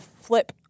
flip